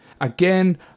Again